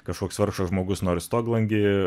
kažkoks vargšas žmogus nors stoglangį